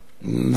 נהפוך הוא.